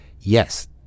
Yes